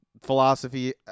philosophy